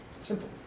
Simple